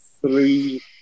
three